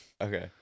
Okay